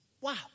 wow